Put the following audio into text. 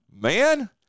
Man